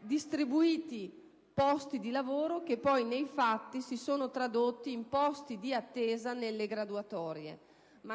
distribuiti posti di lavoro che nei fatti si sono tradotti in posti di attesa nelle graduatorie.